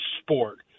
sport